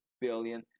billion